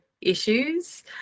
issues